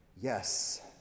yes